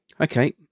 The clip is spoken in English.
okay